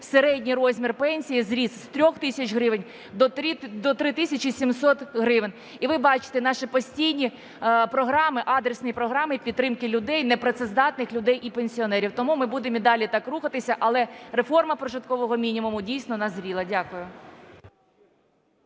середній розмір пенсії зріс з 3 тисяч гривень до 3 тисячі 700 гривень. І ви бачите наші постійні програми, адресні програми підтримки людей, непрацездатних людей і пенсіонерів. Тому ми будемо і далі так рухатися, але реформа прожиткового мінімуму дійсно назріла. Дякую.